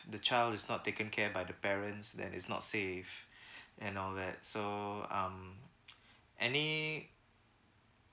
the child is not taken care by the parents then is not safe and all that so um any